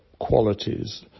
qualities